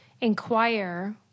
inquire